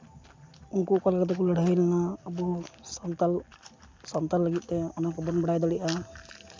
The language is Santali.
ᱩᱱᱠᱩ ᱚᱠᱟ ᱞᱮᱠᱟ ᱛᱮᱠᱚ ᱞᱟᱹᱲᱦᱟᱹᱭ ᱞᱮᱱᱟ ᱟᱵᱚ ᱥᱟᱱᱛᱟᱲ ᱥᱟᱶᱛᱟ ᱞᱟᱹᱜᱤᱫ ᱛᱮ ᱚᱱᱟ ᱠᱚᱫᱚ ᱵᱚᱱ ᱵᱟᱲᱟᱭ ᱫᱟᱲᱮᱭᱟᱜᱼᱟ